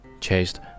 chased